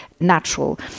Natural